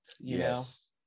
Yes